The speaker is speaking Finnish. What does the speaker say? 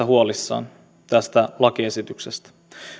huolissaan tästä lakiesityksestä